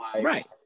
right